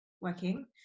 working